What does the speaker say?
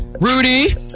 Rudy